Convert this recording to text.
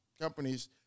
companies